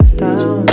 down